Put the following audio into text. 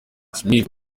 smith